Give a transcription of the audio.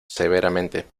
severamente